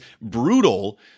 brutal